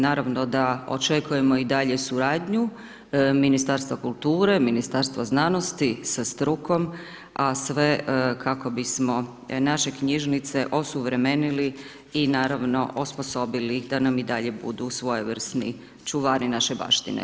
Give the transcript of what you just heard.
Naravno da očekujemo i dalje suradnju Ministarstva kulture, Ministarstva znanosti sa strukom, a sve kako bismo naše knjižnice osuvremenili i naravno, osposobili da nam i dalje budu svojevrsni čuvari naše baštine.